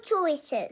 choices